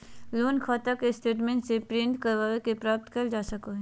loan खाता के statement bank से प्रिंट करवा के प्राप्त करल जा सको हय